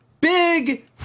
big